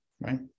right